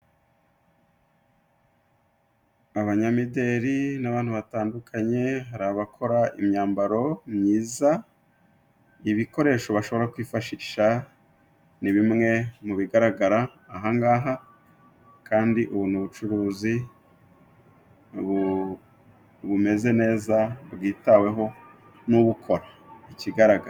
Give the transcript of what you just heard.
Abanyamideli ni abantu batandukanye. Hari abakora imyambaro myiza, ibikoresho bashobora kwifashisha ni bimwe mu bigaragara aha ngaha kandi ubu ni ubucuruzi bumeze neza bwitaweho n'ubukora ikigaragara.